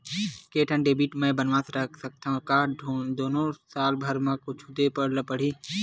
के ठन डेबिट मैं बनवा रख सकथव? का दुनो के साल भर मा कुछ दे ला पड़ही?